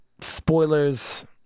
spoilers